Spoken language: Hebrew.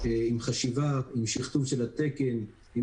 עם שכתוב של התקן,